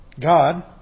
God